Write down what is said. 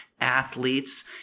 athletes